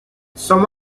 some